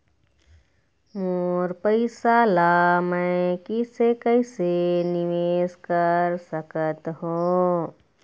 मोर पैसा ला मैं कैसे कैसे निवेश कर सकत हो?